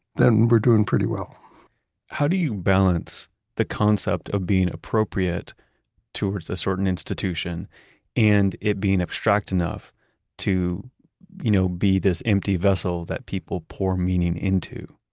then we're doing pretty well how do you balance the concept of being appropriate towards a certain institution and it being abstract enough to you know be this empty vessel that people pour meaning into?